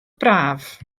braf